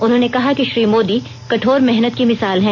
उन्होंने कहा कि श्री मोदी कठोर मेहतन की मिसाल हैं